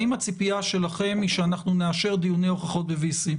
האם הציפייה שלכם היא שאנחנו נאשר דיוני הוכחות ב-VC?